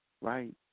right